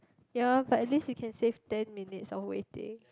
ya but at least you can save ten minutes of waiting